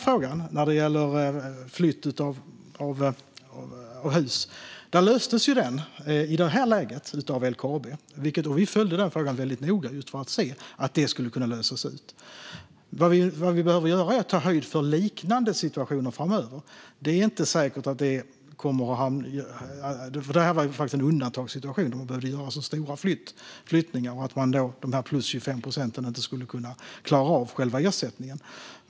Frågan om flytt av hus löstes i det här läget av LKAB. Vi följde frågan noga just för att se att den skulle kunna lösas ut. Vad vi behöver göra är att ta höjd för liknande situationer framöver. Det var en undantagssituation när det behövde göras så stora flyttningar och att de ytterligare 25 procenten inte skulle klara av själva ersättningen.